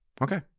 okay